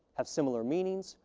have similar meanings,